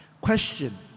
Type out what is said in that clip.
Question